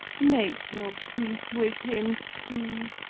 make your peace with him, too.